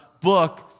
book